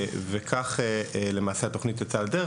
וכך למעשה התוכנית יצאה לדרך.